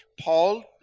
Paul